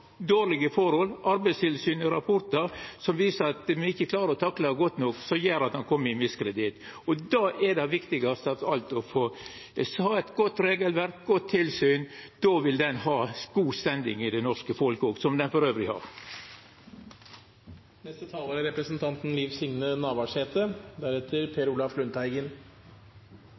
dårlege forhold, og rapportane frå Arbeidstilsynet som viser at ein ikkje klarer å takla det godt nok, som gjer at ein kjem i miskreditt. Det viktigaste av alt er at me har eit godt regelverk og eit godt tilsyn. Då vil avtalen ha ein god «standing» òg i det norske folk – som han forresten har. Liv Signe Navarsete